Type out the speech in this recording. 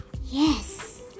yes